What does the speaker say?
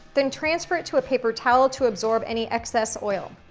then transfer it to a paper towel to absorb any excess oil.